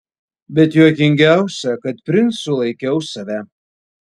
bet juokingiausia kad princu laikiau save